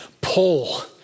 pull